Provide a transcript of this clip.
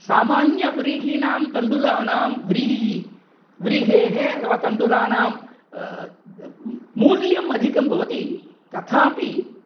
सामान्यव्रीहीणां तण्डुलानां व्रीहेः व्रीहेः अथतवा तण्डुलानां मूल्यम् अधिकं भवति तथापि